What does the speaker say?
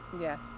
Yes